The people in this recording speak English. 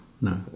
No